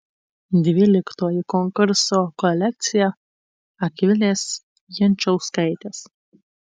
dvyliktoji konkurso kolekcija akvilės jančauskaitės